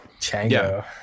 chango